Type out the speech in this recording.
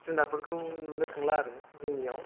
जुनारफोरखौ नुनो थांला आरो जोंनियाव